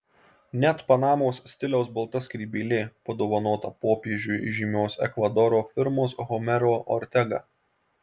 net panamos stiliaus balta skrybėlė padovanota popiežiui žymios ekvadoro firmos homero ortega